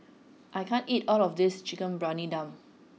I can't eat all of this Chicken Briyani Dum